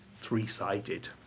three-sided